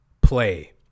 play